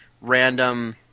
random